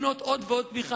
לקנות עוד ועוד תמיכה,